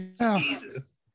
Jesus